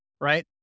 right